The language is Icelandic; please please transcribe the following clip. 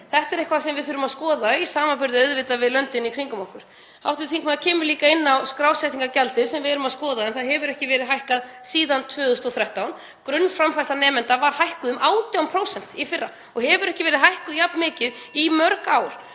Þetta er eitthvað sem við þurfum að skoða í samanburði auðvitað við löndin í kringum okkur. Hv. þingmaður kemur líka inn á skrásetningargjaldið sem við erum að skoða en það hefur ekki verið hækkað síðan 2013. Grunnframfærsla nemanda var hækkuð um 18% í fyrra og hefur ekki verið hækkuð jafn mikið í mörg ár.